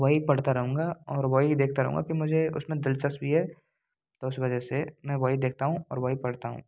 वही पढ़ता रहूँगा और वही देखता रहूँगा कि मुझे उसमें दिलचस्पी है तो उस वजह से मैं वही देखता हूँ और वही पढ़ता हूँ